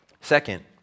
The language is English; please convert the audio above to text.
Second